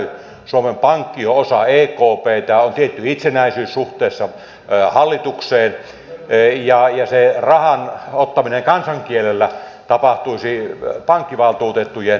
suomen pankki on osa ekptä on tietty itsenäisyys suhteessa hallitukseen ja se rahan ottaminen kansankielellä tapahtuisi pankkivaltuutettujen päätöksellä